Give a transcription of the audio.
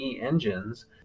Engines